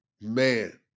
man